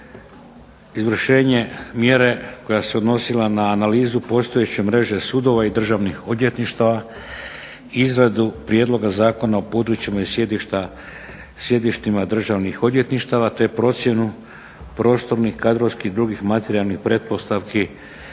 izvršenje mjere koja se odnosila na analizu postojeće mreže sudova i državnih odvjetništava, izradu Prijedloga zakona o područjima i sjedištima državnih odvjetništava te procjenu prostornih, kadrovskih i drugih materijalnih pretpostavki